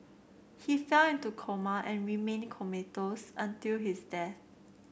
he fell into coma and remained comatose until his death